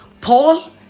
paul